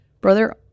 Brother